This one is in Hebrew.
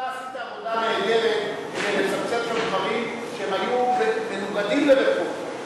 עשית עבודה נהדרת כדי לצמצם שם דברים שהיו מנוגדים לרפורמה.